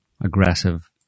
aggressive